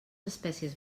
espècies